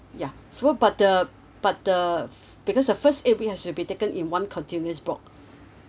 ya so but the but the because the first eight weeks has to be taken in one continuous block